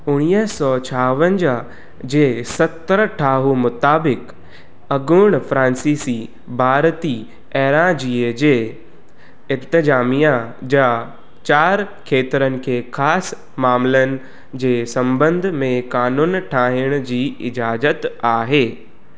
उणवीह सौ छावंजाहु जे सत्र ठाहु मुताबिक़ु अॻूण फ्रांसीसी भारती एराज़ीअ जे इंतज़ामिया जा चारि खेत्रनि खे ख़ास मामलनि जे संॿंध में क़ानून ठाहिण जी इज़ाजत आहे